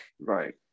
Right